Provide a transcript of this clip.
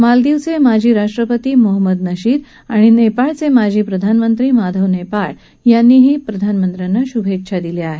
मालदीवचे माजी राष्ट्रपती मोहम्मद नशीद आणि नेपाळचे माजी प्रधानमंत्री माधव नेपाळ यांनीही प्रधानमंत्र्यांना शुभेच्छा दिल्या आहेत